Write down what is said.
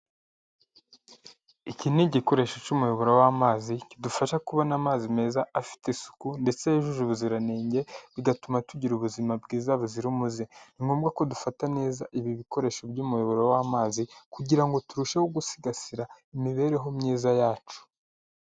Iki ni igikoresho cy'umuyoboro w'amazi, kidufasha kubona amazi meza afite isuku ndetse yujuje ubuziranenge, bigatuma tugira ubuzima bwiza buzira umuze. Ni ngombwa ko dufata neza ibi bikoresho by'umuyoboro w'amazi kugira ngo turusheho gusigasira imibereho myiza yacu.